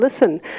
listen